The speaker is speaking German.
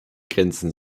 grenzen